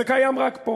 זה קיים רק פה.